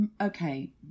okay